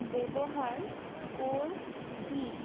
ব্যৱহাৰ ক'ৰ কি